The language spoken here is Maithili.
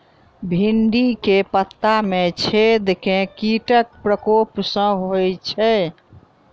भिन्डी केँ पत्ता मे छेद केँ कीटक प्रकोप सऽ होइ छै?